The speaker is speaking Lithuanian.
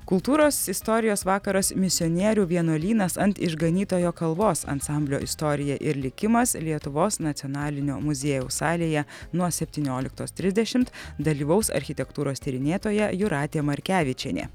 kultūros istorijos vakaras misionierių vienuolynas ant išganytojo kalvos ansamblio istorija ir likimas lietuvos nacionalinio muziejaus salėje nuo septynioliktos trisdešimt dalyvaus architektūros tyrinėtoja jūratė markevičienė